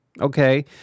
Okay